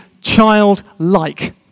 childlike